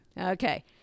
Okay